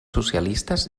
socialistes